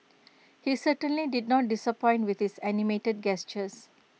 he certainly did not disappoint with his animated gestures